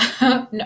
No